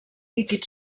líquid